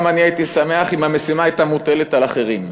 גם אני הייתי שמח אם המשימה הייתה מוטלת על אחרים.